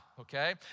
okay